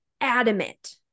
adamant